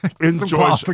Enjoy